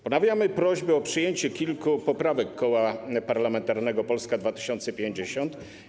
Ponawiamy prośbę o przyjęcie kilku poprawek Koła Parlamentarnego Polska 2050.